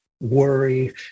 worry